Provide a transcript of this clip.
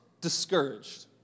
discouraged